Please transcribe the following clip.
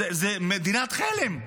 זו מדינת חלם.